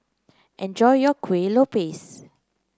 enjoy your Kueh Lopes